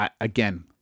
Again